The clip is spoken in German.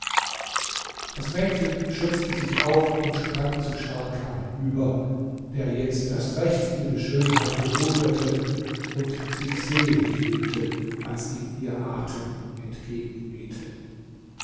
das mädchen schürzte sich auf und sprang zu scharkan hinüber der jetzt erst recht ihre schönheit bewunderte und sich selig fühlte als ihm ihr atem